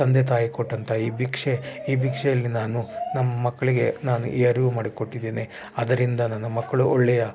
ತಂದೆ ತಾಯಿ ಕೊಟ್ಟಂಥ ಈ ಭಿಕ್ಷೆ ಈ ಭಿಕ್ಷೆಯಲ್ಲಿ ನಾನು ನಮ್ಮ ಮಕ್ಕಳಿಗೆ ನಾನು ಈ ಅರಿವು ಮಾಡಿ ಕೊಟ್ಟಿದ್ದೇನೆ ಅದರಿಂದ ನನ್ನ ಮಕ್ಕಳು ಒಳ್ಳೆಯ